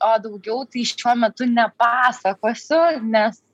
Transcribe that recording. o daugiau tai šiuo metu nepasakosiu nes